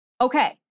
okay